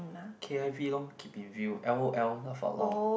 k_i_v lor keep in view l_o_l laugh out loud